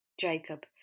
Jacob